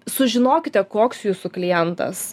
sužinokite koks jūsų klientas